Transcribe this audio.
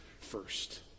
first